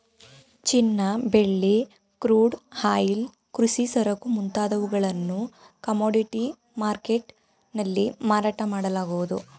ಚಿನ್ನ, ಬೆಳ್ಳಿ, crude oil, ಕೃಷಿ ಸರಕು ಮುಂತಾದವುಗಳನ್ನು ಕಮೋಡಿಟಿ ಮರ್ಕೆಟ್ ನಲ್ಲಿ ಮಾರಾಟ ಮಾಡಲಾಗುವುದು